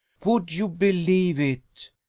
would you believe it?